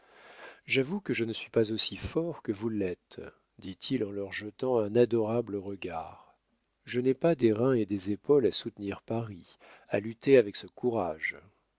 j'avoue que je ne suis pas aussi fort que vous l'êtes dit-il en leur jetant un adorable regard je n'ai pas des reins et des épaules à soutenir paris à lutter avec courage